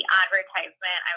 advertisement